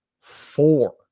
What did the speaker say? four